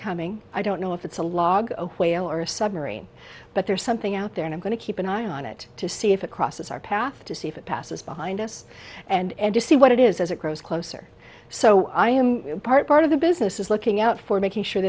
coming i don't know if it's a log whale or a submarine but there's something out there and i'm going to keep an eye on it to see if it crosses our path to see if it passes behind us and to see what it is as it grows closer so i am part part of the business is looking out for making sure